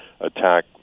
attack